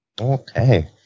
Okay